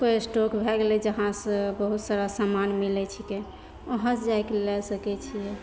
कोइ स्टॉक भए गेलै जहाँ से बहुत सारा समान मिलैत छिकै वहाँ से जाइके लै सकैत छियै